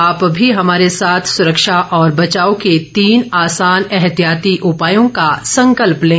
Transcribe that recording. आप भी हमारे साथ सुरक्षा और बचाव के तीन आसान एहतियाती उपायों का संकल्प लें